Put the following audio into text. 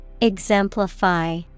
Exemplify